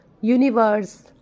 Universe